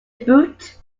boot